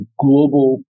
global